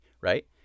Right